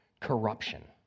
corruption